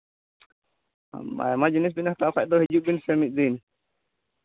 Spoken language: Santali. ᱟᱭᱢᱟ ᱡᱤᱱᱤᱥ ᱵᱮᱱ ᱦᱟᱛᱟᱣ ᱠᱷᱟᱱ ᱫᱚ ᱦᱤᱡᱩᱜ ᱵᱮᱱᱥᱮ ᱢᱤᱫᱽᱫᱤᱱ